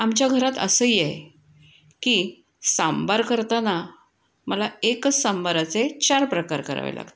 आमच्या घरात असंही आहे की सांबार करताना मला एकच सांबाराचे चार प्रकार करावे लागतात